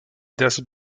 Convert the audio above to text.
des